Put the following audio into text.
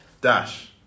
Dash